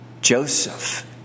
Joseph